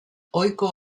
ohiko